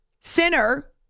Sinner